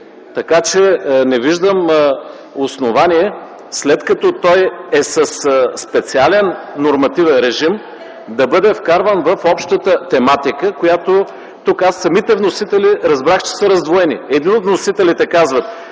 Не виждам основание, след като той е със специален нормативен режим, да бъде вкарван в общата тематика. Тук самите вносители разбрах, че са раздвоени. Едни от вносителите казват,